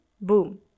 boom